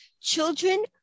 children